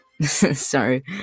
Sorry